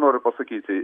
noriu pasakyti